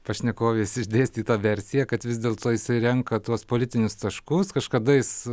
pašnekovės išdėstytą versiją kad vis dėl to jisai renka tuos politinius taškus kažkada jis